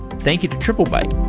thank you to triplebyte